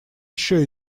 еще